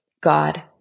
God